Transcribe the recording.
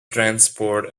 transport